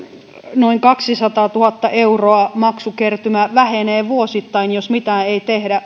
noin kaksisataatuhatta euroa maksukertymä vähenee vuosittain jos mitään ei tehdä